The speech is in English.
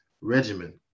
Regimen